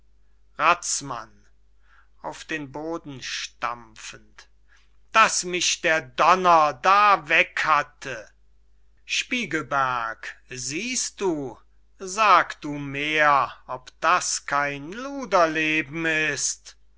stampfend daß mich der donner da weg hatte spiegelberg siehst du sag du mehr ob das kein luder leben ist